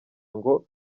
ngo